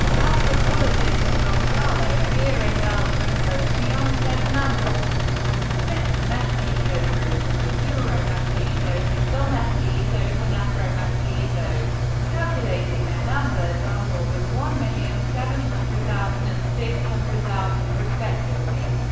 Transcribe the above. anthropologist gonzalo aguirre beltran goes beyond said numbers and splits the mestizo group into euromestizos, indomestizos and afromestizos calculating their numbers on more than one million, seven hundred thousand and six hundred thousand respectively.